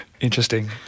Interesting